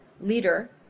leader